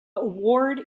award